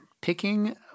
Picking